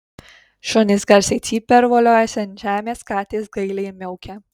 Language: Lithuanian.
šunys garsiai cypia ir voliojasi ant žemės katės gailiai miaukia